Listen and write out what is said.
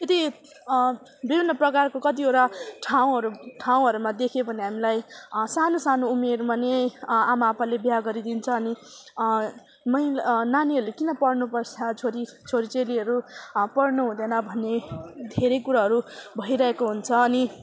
यति विभिन्न प्रकारको कतिवटा ठाउँहरू ठाउँहरूमा देख्यो भने हामीलाई सानो सानो उमेरमा नै आमा आपाले बिहा गरिदिन्छ अनि महिला नानीहरूले किन पढ्नुपर्छ छोरी छोरी चेलीहरू पढ्नु हुँदैन भन्ने धेरै कुरोहरू भइरहेको हुन्छ अनि